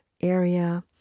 area